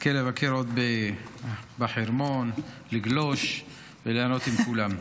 תזכה לבקר עוד בחרמון, לגלוש וליהנות עם כולם.